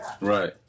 Right